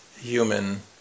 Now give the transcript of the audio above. human